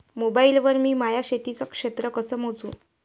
Mobile वर मी माया शेतीचं क्षेत्र कस मोजू?